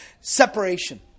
separation